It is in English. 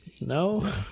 No